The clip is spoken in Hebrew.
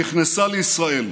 נכנסה לישראל,